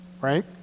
Right